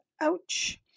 ouch